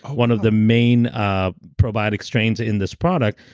one of the main ah probiotic strains in this product,